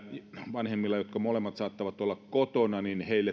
vanhemmille joista molemmat saattavat olla kotona